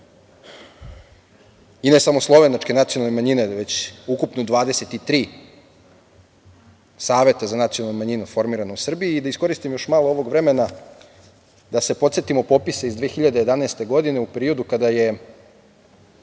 i ne samo slovenačke nacionalne manjine, već ukupno 23 saveta za nacionalne manjine formirana u Srbiji. Da iskoristim još malo ovog vremena da se podsetimo popisa iz 2011. godine u periodu kada je